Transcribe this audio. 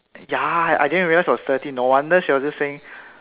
ya I I didn't realize it was thirty no wonder she was just saying